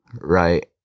Right